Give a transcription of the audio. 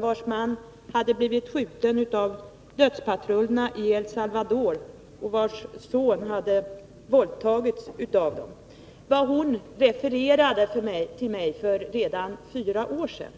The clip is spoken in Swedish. vars man hade blivit skjuten av dödspatrullerna i El Salvador och vars son hade våldtagits av dem — redan för fyra år sedan refererade för mig.